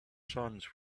sands